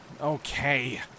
Okay